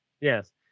Yes